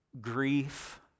grief